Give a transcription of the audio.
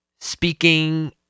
speaking